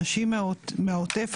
אנשים מהעוטף,